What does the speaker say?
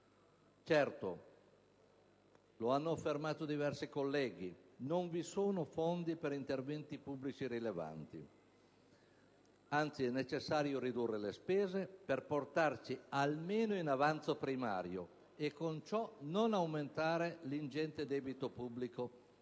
Certo, lo hanno affermato diversi colleghi: non vi sono fondi per interventi pubblici rilevanti, anzi è necessario ridurre le spese per portarci almeno in avanzo primario e, con ciò, non aumentare l'ingente debito pubblico